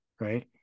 right